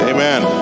Amen